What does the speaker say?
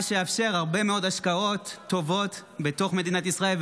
מה שיאפשר הרבה מאוד השקעות טובות בתוך מדינת ישראל,